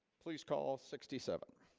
please call sixty seven